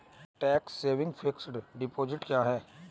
Tax saving fixed deposit क्या है?